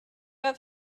have